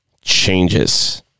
changes